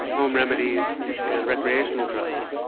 home remedies and recreational drugs.